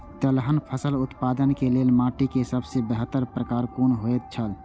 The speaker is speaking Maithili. तेलहन फसल उत्पादन के लेल माटी के सबसे बेहतर प्रकार कुन होएत छल?